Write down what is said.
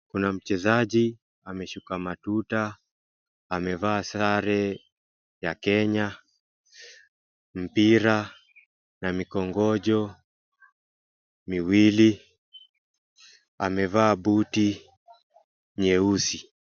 Kuna mchezaji ameshuka matuta, amevaa sare ya Kenya, mpira na mikongojo miwili. Amevaa buti nyeusi.